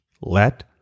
let